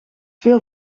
veel